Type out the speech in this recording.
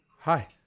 Hi